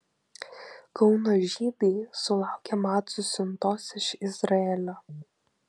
kauno žydai sulaukė macų siuntos iš izraelio